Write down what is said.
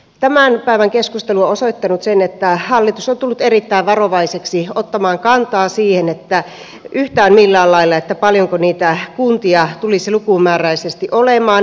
tämän päivän keskustelu on osoittanut sen että hallitus on tullut erittäin varovaiseksi ottamaan kantaa yhtään millään lailla siihen paljonko niitä kuntia tulisi lukumääräisesti olemaan